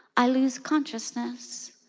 i lose consciousness.